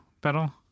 pedal